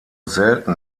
selten